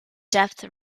depth